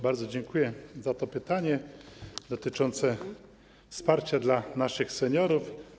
Bardzo dziękuję za to pytanie dotyczące wsparcia dla naszych seniorów.